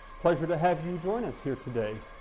pleasure to have you join us here today.